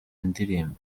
indirimbo